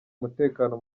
umutekano